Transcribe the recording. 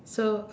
so